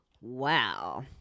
Wow